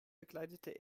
bekleidete